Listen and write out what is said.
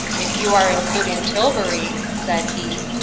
if you are including tilbury, said he,